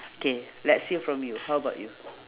k let's hear from you how about you